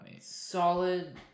solid